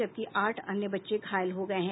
जबकि आठ अन्य बच्चे घायल हो गए हैं